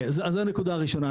אז זה בעצם הנקודה הראשונה,